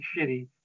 shitty